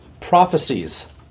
Prophecies